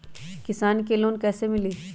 किसान के लोन कैसे मिली?